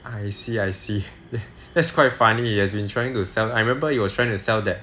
I see I see that's quite funny he has been trying to sell I remember he was trying to sell that